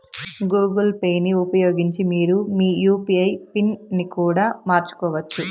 Google పేని ఉపయోగించి మీరు మీ యూ.పీ.ఐ పిన్ ని కూడా మార్చుకోవచ్చు